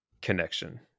connection